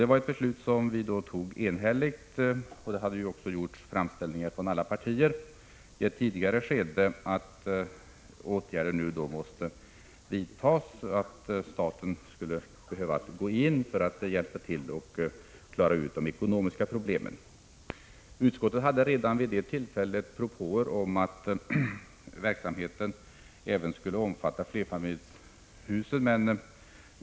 Det var ett beslut som vi fattade enhälligt. Det hade också gjorts framställningar från alla partier i ett tidigare skede om att åtgärder måste vidtas och att staten skulle behöva gå in för att hjälpa till med de ekonomiska problemen. Redan vid det tillfället framfördes propåer om att verksamheten även skulle omfatta flerfamiljshusen.